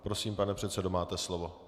Prosím, pane předsedo, máte slovo.